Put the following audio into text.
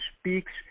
speaks